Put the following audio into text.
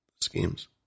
schemes